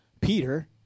Peter